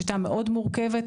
שיטה מאוד מרוכבת.